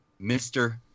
Mr